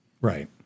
Right